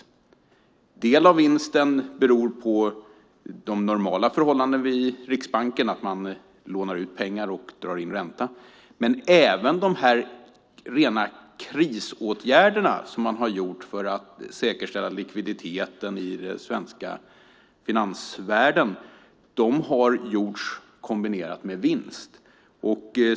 En del av vinsten beror på de normala förhållandena i Riksbanken, det vill säga att man lånar ut pengar och drar in ränta, men även de rena krisåtgärder man har vidtagit för att säkerställa likviditeten i den svenska finansvärlden har gjorts kombinerat med vinst.